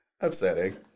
upsetting